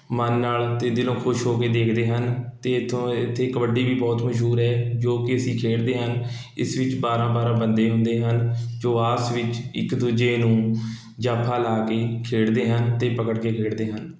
ਮਨ ਨਾਲ਼ ਅਤੇ ਦਿਲੋਂ ਖੁਸ਼ ਹੋ ਕੇ ਦੇਖਦੇ ਹਨ ਅਤੇ ਇੱਥੋਂ ਏ ਇੱਥੇ ਕਬੱਡੀ ਵੀ ਬਹੁਤ ਮਸ਼ਹੂਰ ਹੈ ਜੋ ਕਿ ਅਸੀਂ ਖੇਡਦੇ ਹਨ ਇਸ ਵਿੱਚ ਬਾਰਾਂ ਬਾਰਾਂ ਬੰਦੇ ਹੁੰਦੇ ਹਨ ਜੋ ਆਪਸ ਵਿੱਚ ਇੱਕ ਦੂਜੇ ਨੂੰ ਜੱਫਾ ਲਾ ਕੇ ਖੇਡਦੇ ਹਨ ਅਤੇ ਪਕੜ ਕੇ ਖੇਡਦੇ ਹਨ